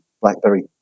blackberry